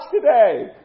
today